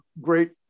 great